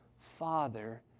Father